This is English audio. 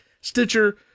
Stitcher